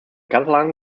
catalan